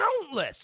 countless